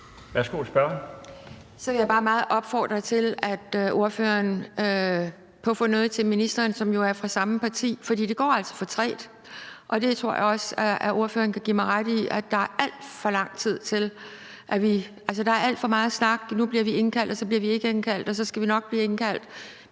Så vil jeg bare meget opfordre til, at ordføreren puffer noget til ministeren, som jo er fra samme parti. For det går altså for trægt, og det tror jeg også at ordføreren kan give mig ret i. Altså, der er alt for meget snak; nu bliver vi indkaldt, og så bliver vi ikke indkaldt, og så skal vi nok blive indkaldt.